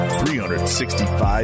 365